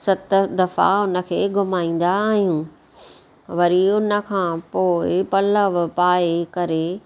सत दफ़ा उनखे घुमाईंदा आहियूं वरी उनखां पोइ पलउ पाइ करे